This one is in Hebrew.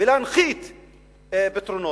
ולהנחית פתרונות.